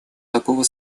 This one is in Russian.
такого